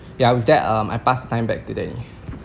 yeah with that um I pass the time back to danny